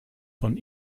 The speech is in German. von